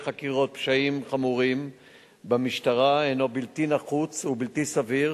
חקירות פשעים חמורים במשטרה הינו בלתי נחוץ ובלתי סביר